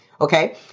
Okay